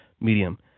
medium